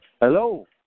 Hello